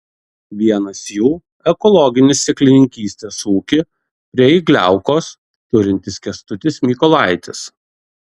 vienas jų ekologinį sėklininkystės ūkį prie igliaukos turintis kęstutis mykolaitis